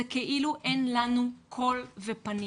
זה כאילו אין לנו קול ופנים.